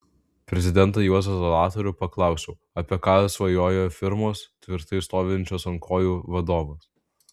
prezidentą juozą zalatorių paklausiau apie ką svajoja firmos tvirtai stovinčios ant kojų vadovas